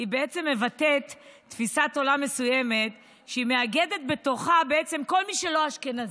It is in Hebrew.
בעצם מבטאת תפיסת עולם מסוימת שמאגדת בתוכה כל מי שלא אשכנזי,